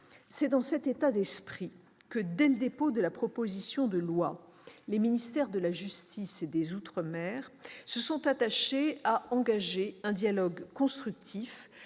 C'est dans cet état d'esprit que, dès le dépôt de la proposition de loi, les ministères de la justice et des outre-mer se sont attachés à engager un dialogue constructif